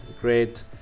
great